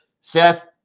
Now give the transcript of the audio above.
Seth